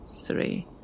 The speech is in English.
three